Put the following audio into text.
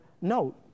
note